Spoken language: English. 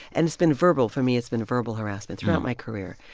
and it's been verbal. for me, it's been verbal harassment throughout my career.